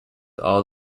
all